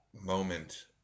moment